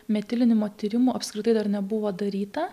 metilinimo tyrimų apskritai dar nebuvo daryta